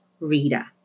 Rita